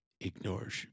ignores